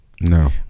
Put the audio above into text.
No